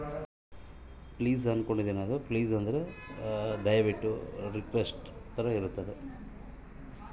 Place ಅಂದ್ರೆ ಯಾವ್ತರ ಇರ್ತಾರೆ?